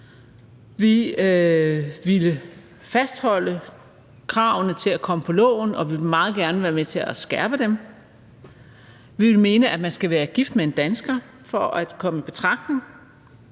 Vi ville fastholde kravene til at komme på loven, og vi vil meget gerne være med til at skærpe dem. Vi vil mene, at man skal være gift med en dansker for at komme i betragtning,